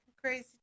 crazy